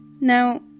Now